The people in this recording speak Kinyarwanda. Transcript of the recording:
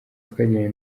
twagiranye